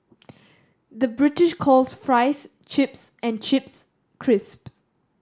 the British calls fries chips and chips crisps